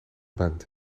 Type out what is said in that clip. band